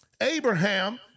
Abraham